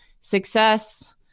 success